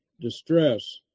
distress